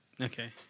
Okay